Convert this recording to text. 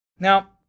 Now